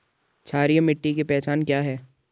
क्षारीय मिट्टी की पहचान क्या है?